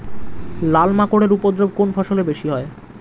লাল মাকড় এর উপদ্রব কোন ফসলে বেশি হয়?